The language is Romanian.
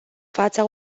fața